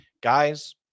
guys